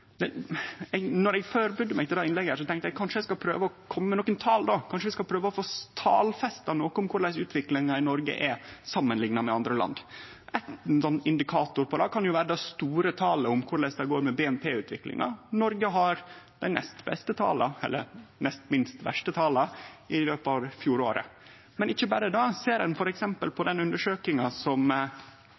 eg førebudde meg til dette innlegget, tenkte eg at eg kanskje skulle prøve å kome med nokre tal, kanskje prøve å få talfeste noko om korleis utviklinga i Noreg er samanlikna med andre land. Ein indikator på det kan jo vere det store talet om korleis det går med BNP-utviklinga. Noreg har dei nest beste tala, eller dei nest minst verste tala, i løpet av fjoråret. Men ikkje berre det: Ser ein f.eks. på den undersøkinga som